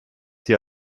sie